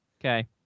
Okay